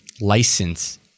license